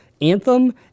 Anthem